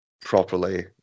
properly